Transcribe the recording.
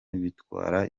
bitwara